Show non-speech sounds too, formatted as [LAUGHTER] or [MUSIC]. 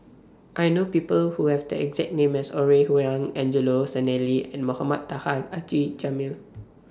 I know People Who Have The exact name as Ore Huiying Angelo Sanelli and Mohamed Taha Haji Jamil [NOISE]